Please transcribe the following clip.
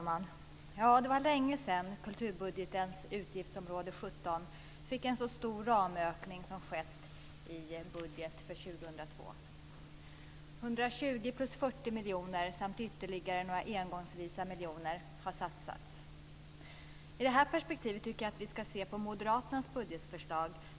Fru talman! Det var länge sedan kulturbudgetens utgiftsområde 17 fick en så stor ramökning som skett i budgeten för 2002. 120 plus 40 miljoner samt ytterligare några engångsvisa miljoner har satsats. I det här perspektivet tycker jag att vi ska se på moderaternas budgetförslag.